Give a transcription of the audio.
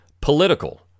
political